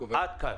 עד כאן.